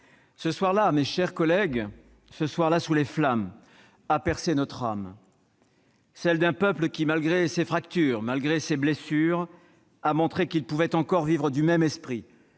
Ce soir-là sous les flammes, mes chers collègues, a percé notre âme, celle d'un peuple qui, malgré ses fractures, ses blessures, a montré qu'il pouvait encore vivre du même esprit,